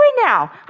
now